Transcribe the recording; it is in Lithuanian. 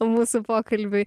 mūsų pokalbiui